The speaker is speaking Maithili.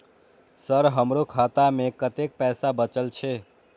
सर हमरो खाता में कतेक पैसा बचल छे?